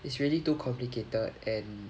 it's really too complicated and